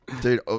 Dude